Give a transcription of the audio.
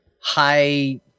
high